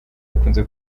bukunze